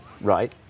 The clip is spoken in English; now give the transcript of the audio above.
Right